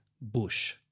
Bush